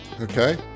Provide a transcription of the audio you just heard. Okay